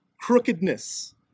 crookedness